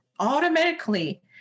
automatically